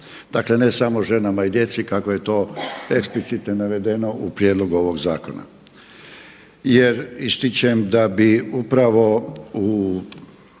dakle ne samo ženama i djeci kako je to eksplicite navedeno u prijedlogu ovog zakona.